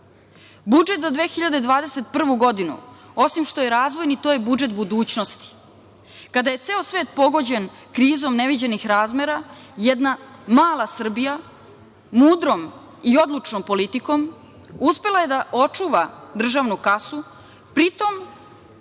naroda. Budžet za 2021. godinu, osim što je razvojni, to je budžet budućnosti. Kada je ceo svet pogođen krizom neviđenih razmera jedna mala Srbija mudrom i odlučnom politikom uspela je da očuva državnu kasu, pri tom